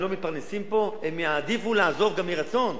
לא מתפרנסים פה הם יעדיפו לעזוב גם מרצון,